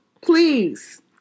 please